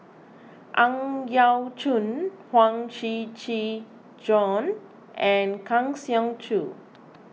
Ang Yau Choon Huang Shiqi Joan and Kang Siong Joo